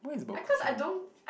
why is about cooking